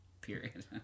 period